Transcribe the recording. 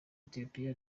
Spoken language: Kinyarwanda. etiyopiya